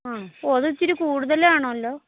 ഹ് ഓ അതിച്ചിരി കുടുതലാണല്ലോ